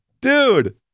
dude